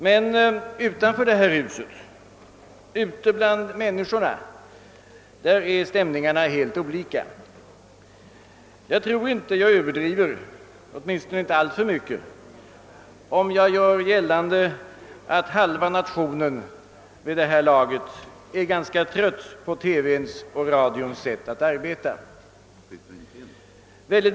Men utanför detta hus, ute bland människorna, är stämningarna helt annorlunda. Jag tror inte att jag överdriver — åtminstone inte alltför mycket — om jag gör gällande att halva nationen vid det här laget är ganska trött på tele visionens och radions sätt att arbeta.